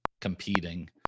competing